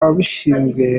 ababishinzwe